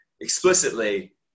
explicitly